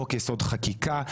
חוק יסוד: חקיקה,